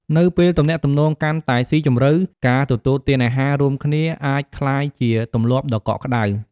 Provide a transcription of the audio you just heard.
នៅពេលទំនាក់ទំនងកាន់តែស៊ីជម្រៅ ការទទួលទានអាហាររួមគ្នាអាចក្លាយជា ទម្លាប់ដ៏កក់ក្តៅ។